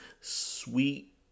sweet